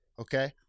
Okay